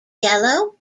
yellow